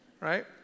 right